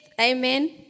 Amen